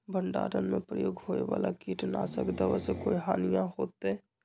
भंडारण में प्रयोग होए वाला किट नाशक दवा से कोई हानियों होतै?